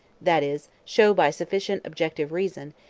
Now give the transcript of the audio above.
that is, show by sufficient objective reason,